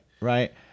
right